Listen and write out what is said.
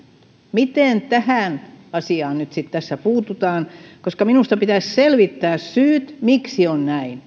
miten tähän asiaan nyt sitten tässä puututaan onko kotoa käsin onko päiväkodista vai molemmista minusta pitäisi selvittää syyt miksi on näin